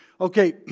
Okay